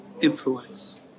influence